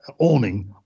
awning